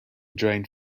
drained